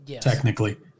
technically